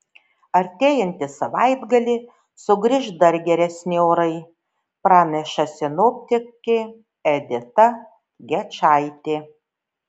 artėjantį savaitgalį sugrįš dar geresni orai praneša sinoptikė edita gečaitė